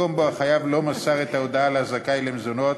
מקום שבו החייב לא מסר את ההודעה לזכאי למזונות,